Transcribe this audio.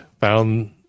Found